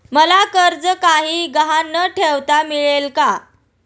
मला कर्ज काही गहाण न ठेवता मिळेल काय?